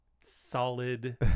solid